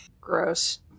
gross